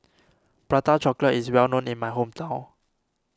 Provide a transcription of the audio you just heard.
Prata Chocolate is well known in my hometown